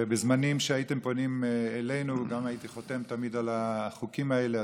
בזמנים שהייתם פונים אלינו הייתי חותם תמיד על החוקים האלה,